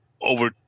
over